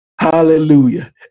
hallelujah